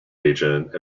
agent